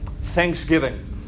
Thanksgiving